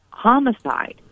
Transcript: homicide